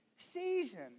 season